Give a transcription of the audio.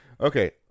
Okay